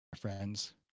friends